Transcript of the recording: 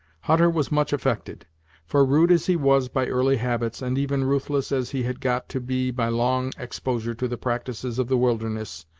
hutter was much affected for rude as he was by early habits, and even ruthless as he had got to be by long exposure to the practices of the wilderness,